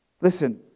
Listen